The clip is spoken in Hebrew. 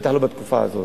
בטח לא בתקופה הזאת.